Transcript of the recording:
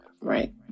right